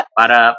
para